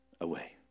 away